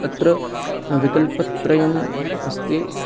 अत्र विकल्पत्रयम् अस्ति